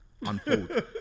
unfold